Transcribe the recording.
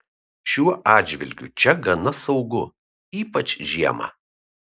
šiuo atžvilgiu čia gana saugu ypač žiemą